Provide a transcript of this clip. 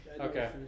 Okay